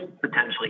potentially